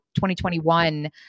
2021